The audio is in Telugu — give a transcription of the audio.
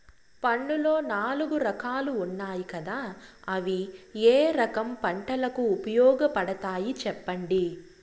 మన్నులో నాలుగు రకాలు ఉన్నాయి కదా అవి ఏ రకం పంటలకు ఉపయోగపడతాయి చెప్పండి?